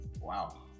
Wow